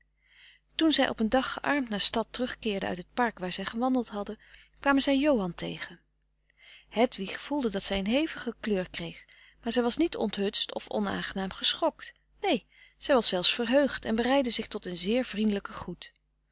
toen zij op een dag gearmd naar stad terugkeerden uit het park waar zij gewandeld hadden kwamen zij johan tegen hedwig voelde dat zij een hevige kleur kreeg maar zij was niet onthutst of onaangenaam geschokt neen zij was zelfs verheugd en bereidde zich tot een zeer vriendelijken groet